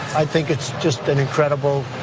i think it's just an incredible,